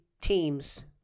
teams